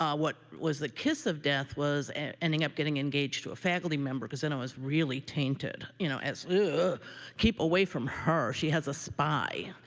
um what was the kiss of death was ending up getting engaged to a faculty member, because then it was really tainted. you know ah keep away from her. she has a spy.